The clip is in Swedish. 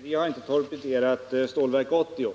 Herr talman! Vi har inte torpederat Stålverk 80